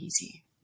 easy